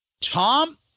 Tom